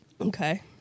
Okay